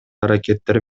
аракеттер